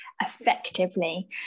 effectively